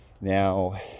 Now